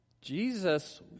Jesus